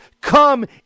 come